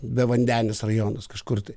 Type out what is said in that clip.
bevandenis rajonas kažkur tai